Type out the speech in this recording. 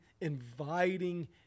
inviting